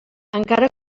encara